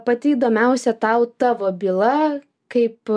pati įdomiausia tau tavo byla kaip